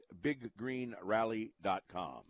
BigGreenRally.com